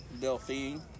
Delphine